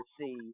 see